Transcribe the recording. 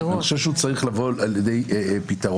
אני חושב שהוא צריך לבוא לידי פתרון,